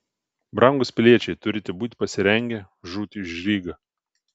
brangūs piliečiai turite būti pasirengę žūti už rygą